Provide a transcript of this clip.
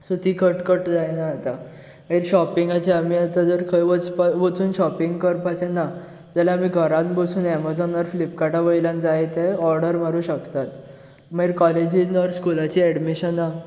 so ती कटकट जायना आतां तेंच शॉपिंगाचे आमी आतां जर खंय वचून शॉपिंग करपाचे ना जाल्यार आमी घरांत बसून अमॅजोनार फ्लिपकार्टा वयल्यान जाय तें ऑर्डर मारूंक शकतात मागीर कॉलेजींत ऑर स्कुलाची एडमिशनां